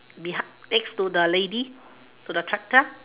behind next to the lady to the tractor